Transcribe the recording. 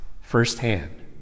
firsthand